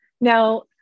Now